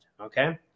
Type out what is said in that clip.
okay